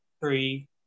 three